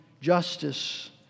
justice